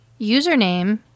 username –